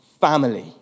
family